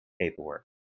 paperwork